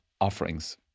offerings